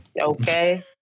Okay